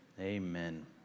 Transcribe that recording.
Amen